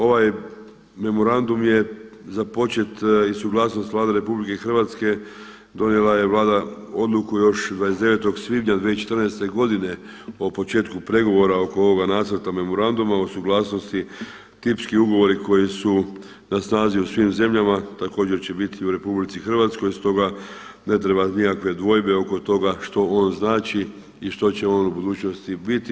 Ovaj memorandum je započet i suglasnost Vlade RH donijela je Vlada odluku još 29. svibnja 2014. godine o početku pregovora oko ovoga nacrata memoranduma o suglasnosti tipski ugovori koji su na snazi u svim zemljama, također će biti u RH, stoga ne treba nikakve dvojbe oko toga što on znači i što će on u budućnosti biti.